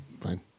Fine